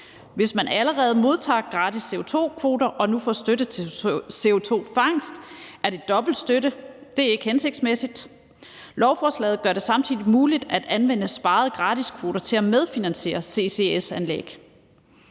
Hvis man allerede modtager gratis CO2-kvoter og nu får støtte til CO2-fangst, er der tale om dobbelt støtte, og det er ikke hensigtsmæssigt. Lovforslaget gør det samtidig muligt at anvende sparede gratiskvoter til at medfinansiere ccs-anlæg.